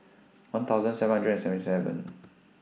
one thousand seven hundred and seventy seven